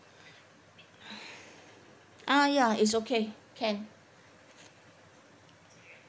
ah ya it's okay can